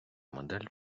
модель